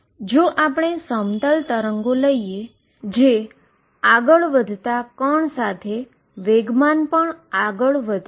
જો આપણે plane wave લઈએ જે આગળ વધતા પાર્ટીકલ સાથે મોમેન્ટમ આગળ વધે છે